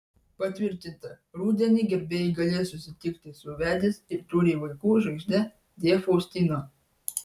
patvirtinta rudenį gerbėjai galės susitikti su vedęs ir turi vaikų žvaigžde d faustino